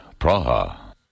Praha